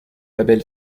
label